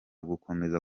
gukomeza